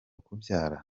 kubyara